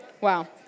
Wow